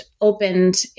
opened